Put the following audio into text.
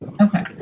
Okay